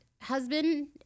husband